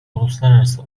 uluslararası